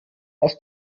aus